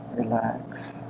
relax